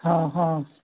हँ हँ